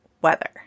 weather